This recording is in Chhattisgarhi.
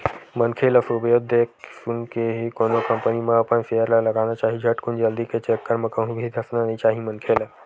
मनखे ल सुबेवत देख सुनके ही कोनो कंपनी म अपन सेयर ल लगाना चाही झटकुन जल्दी के चक्कर म कहूं भी धसना नइ चाही मनखे ल